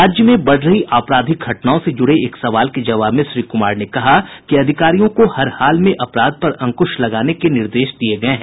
राज्य में बढ़ रही आपराधिक घटनाओं से जुड़े एक सवाल के जवाब में श्री कुमार ने कहा कि अधिकारियों को हर हाल में अपराध पर अंकुश लगाने के निर्देश दिये गये हैं